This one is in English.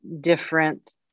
different